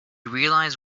realize